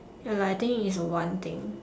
ya lah I think is one thing